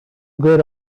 good